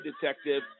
detective